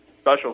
special